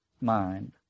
mind